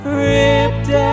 ripped